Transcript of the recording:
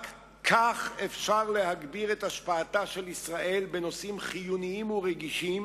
רק כך אפשר להגביר את השפעתה של ישראל בנושאים חיוניים ורגישים